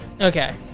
Okay